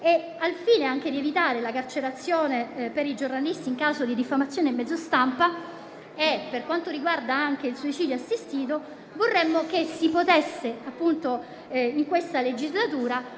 e, al fine anche di evitare la carcerazione per i giornalisti in caso di diffamazione a mezzo stampa e per quanto riguarda anche il suicidio assistito, vorremmo che in questa legislatura